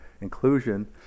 inclusion